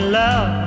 love